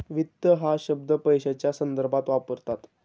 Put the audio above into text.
वित्त हा शब्द पैशाच्या संदर्भात वापरतात